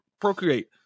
procreate